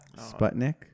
Sputnik